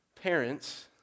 Parents